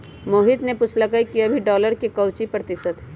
मोहित ने पूछल कई कि अभी डॉलर के काउची प्रतिशत है?